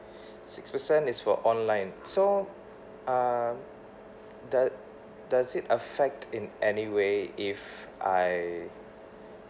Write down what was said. six percent is for online so um doe~ does it affect in any way if I